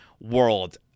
world